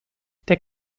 der